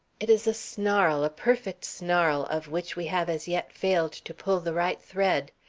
it is a snarl, a perfect snarl, of which we have as yet failed to pull the right thread.